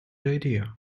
idea